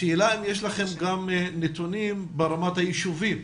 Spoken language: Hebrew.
השאלה אם יש לכם נתונים ברמת היישובים.